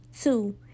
Two